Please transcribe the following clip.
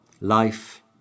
life